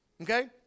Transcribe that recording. Okay